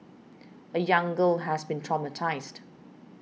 a young girl has been traumatised